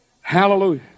Hallelujah